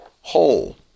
whole